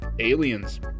aliens